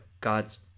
God's